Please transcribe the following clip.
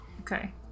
Okay